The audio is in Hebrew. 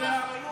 טיפת אחריות.